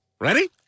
Ready